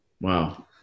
Wow